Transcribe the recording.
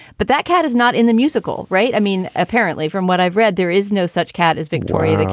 but that cat is not in the musical, right? i mean, apparently, from what i've read, there is no such cat as victoria.